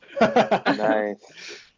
Nice